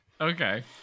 Okay